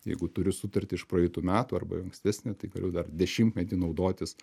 jeigu turiu sutartį iš praeitų metų arba ankstesnę tai galiu dar dešimtmetį naudotis